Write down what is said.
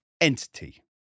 entity